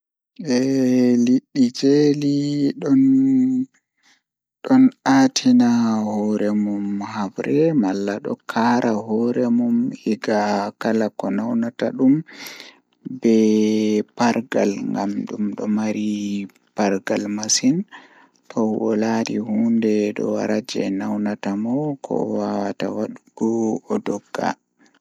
Anasta haa intanet ma alaara So aɗa waawi heddude email ngal, naatude website ɗum. Hokka tawa tawa e hoore sabu register. Naatude hoore ngondi ngam jeyde ko email ngal. Njiɗi kafo ngam wi'aade password ngal. Naatude goɗɗum tiiɗo ngam woɗnde hoore ngondol ngal. Jooni aɗa waawi